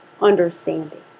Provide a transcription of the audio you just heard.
understanding